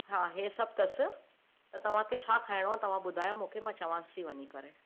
हा हे सभु अथसि त तव्हांखे छा खाइणो आहे तव्हां ॿुधायो मूंखे मां चवांसि थी वञी करे